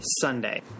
Sunday